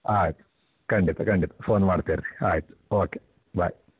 ಆಯಿತು ಖಂಡಿತ ಖಂಡಿತ ಫೋನ್ ಮಾಡ್ತಾ ಇರ್ರಿ ಆಯಿತು ಓಕೆ ಬಾಯ್